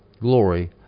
glory